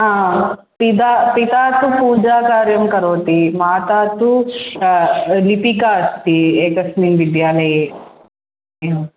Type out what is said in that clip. पिता पिता तु पूजाकार्यं करोति माता तु लिपिका अस्ति एकस्मिन् विद्यालये